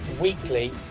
weekly